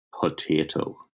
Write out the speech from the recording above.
potato